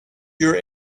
your